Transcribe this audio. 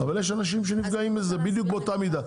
אבל יש אנשים שנפגעים מזה בדיוק באותה מידה,